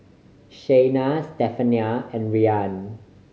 Shayna Stephania and Rian